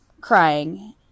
crying